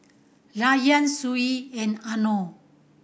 Rayyan Shuib and Anuar